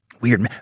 Weird